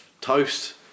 toast